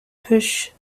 push